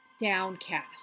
Downcast